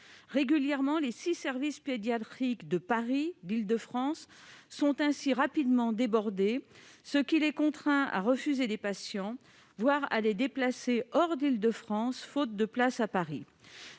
Régulièrement, les six services pédiatriques de Paris et d'Île-de-France se retrouvent rapidement débordés, ce qui les contraint à refuser des patients, voire à les déplacer hors de la région capitale, faute de place.